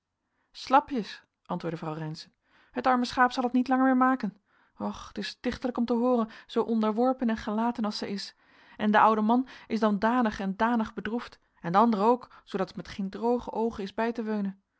slapjes antwoordde vrouw reynszen het arme schaap zal het niet lang meer maken och t is stichtelijk om te hooren zoo onderworpen en gelaten als zij is en de ouwe man is dan danig en danig bedroefd en de andere ook zoodat het met geen droge oogen is bij te weunen